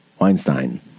Weinstein